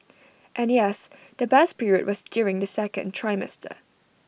and yes the best period was during the second trimester